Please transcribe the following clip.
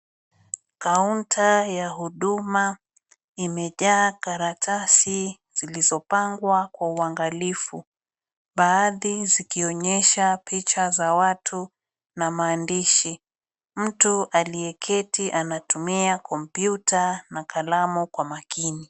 Counter ya huduma imejaa karatasi zilizopangwa kwa uangalifu. Baadhi zikionyesha picha za watu na maandishi. Mtu aliyeketi anatumia kompyuta na kalamu kwa makini.